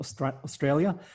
Australia